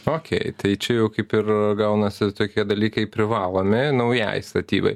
okei tai čia jau kaip ir gaunasi tokie dalykai privalomi naujai statybai